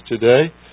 today